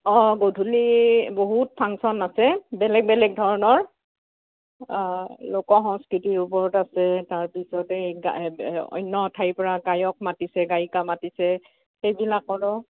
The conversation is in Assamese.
অঁ গধূলি বহুত ফাংশ্যন আছে বেলেগ বেলেগ ধৰণৰ অঁ লোক সংস্কৃতিৰ ওপৰত আছে তাৰপিছতে গা অন্য ঠাইৰ পৰা গায়ক মাতিছে গায়িকা মাতিছে সেইবিলাকৰো